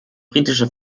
britische